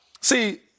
See